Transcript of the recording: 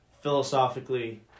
philosophically